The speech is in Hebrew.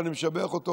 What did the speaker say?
ואני משבח אותו,